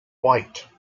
wight